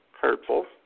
Hurtful